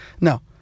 No